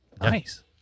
Nice